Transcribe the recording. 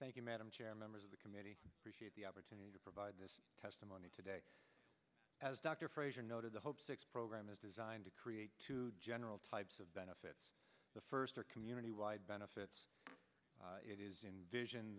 thank you madam chair members of the committee appreciate the opportunity to provide this testimony today as dr frazier noted the hope six program is designed to create two general types of benefits the first are community wide benefits it is in vision